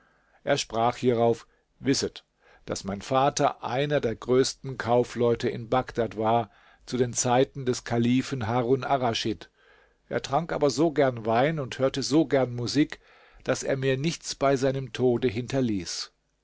er sprach hierauf wisset daß mein vater einer der größten kaufleute in bagdad war zu den zeiten des kalifen harun arraschid er trank aber so gern wein und hörte so gern musik daß er mir nichts bei seinem tode hinterließ